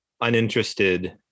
uninterested